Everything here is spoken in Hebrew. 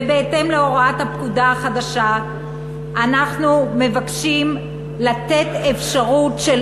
ובהתאם להוראת הפקודה החדשה אנחנו מבקשים לתת אפשרות של